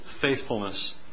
faithfulness